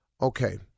Okay